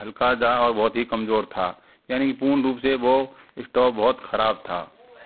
हल्का था और बहुत ही कमज़ोर था यानी कि पूर्ण रूप से वो स्टॉप बहुत ख़राब था